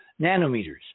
nanometers